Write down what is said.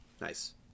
Nice